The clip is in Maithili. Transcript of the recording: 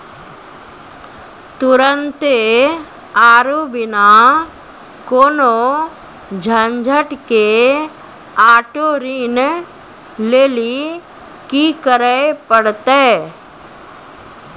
तुरन्ते आरु बिना कोनो झंझट के आटो ऋण लेली कि करै पड़तै?